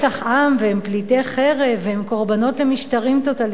והם פליטי חרב והם קורבנות משטרים טוטליטריים,